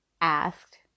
asked